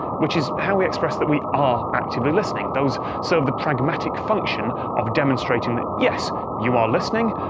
which is how we express that we are actively listening. those serve the pragmatic function of demonstrating that, yes, you are listening,